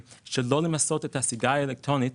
בישראל מציעים את המס הכי גבוה בעולם על סיגריה אלקטרונית,